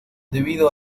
debido